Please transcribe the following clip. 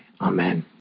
Amen